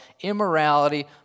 immorality